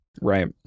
right